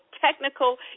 technical